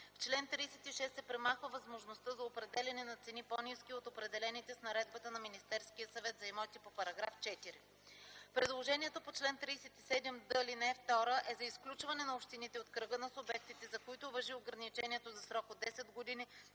В чл. 36 се премахва възможността за определяне на цени, по-ниски от определените с Наредбата на Министерския съвет за имоти по §4. Предложението по чл. 37д, ал. 2 е за изключване на общините от кръга на субектите, за които важи ограничението за срок от 10 години